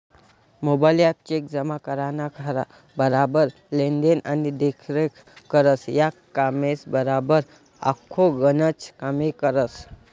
mobile app cheque जमा कराना बराबर लेन देन आणि देखरेख करस, या कामेसबराबर आखो गनच कामे करस